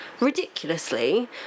ridiculously